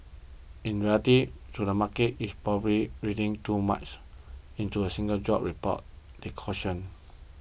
in reality though the market is probably reading too much into a single jobs report they cautioned